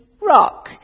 rock